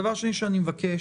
דבר שני, אני מבקש